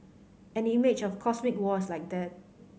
an image of cosmic war is like that